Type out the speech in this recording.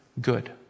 good